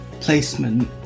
placement